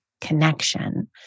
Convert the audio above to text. connection